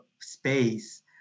space